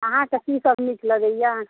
अहाँकेँ कीसभ नीक लगैए